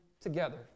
together